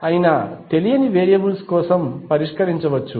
అయినా తెలియని వేరియబుల్స్ కోసం పరిష్కరించవచ్చు